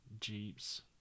Jeeps